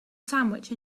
sandwich